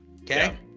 Okay